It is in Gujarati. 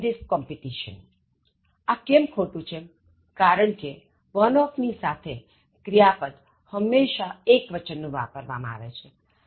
આ કેમ ખોટું છેકારણકે one of ની સાથે ક્રિયાપદ હંમેશા એક્વચનનું વાપરવા માં આવે છે